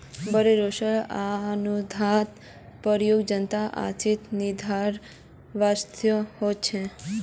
बोरो सोलर अनुसंधान परियोजनात अधिक निधिर अवश्यकता ह छेक